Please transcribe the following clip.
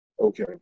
Okay